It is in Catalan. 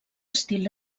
estil